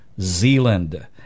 Zealand